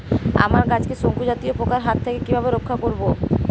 আমার গাছকে শঙ্কু জাতীয় পোকার হাত থেকে কিভাবে রক্ষা করব?